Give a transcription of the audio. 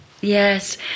Yes